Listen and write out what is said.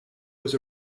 was